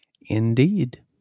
Indeed